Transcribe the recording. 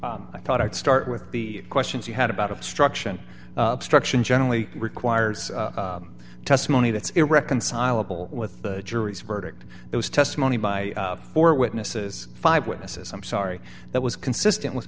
you i thought i'd start with the questions you had about obstruction struction generally requires testimony that's irreconcilable with the jury's verdict was testimony by four witnesses five witnesses i'm sorry that was consistent with